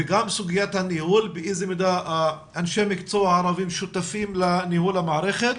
וגם סוגיית הניהול באיזה מידה אנשי המקצוע הערבים שותפים לניהול המערכת,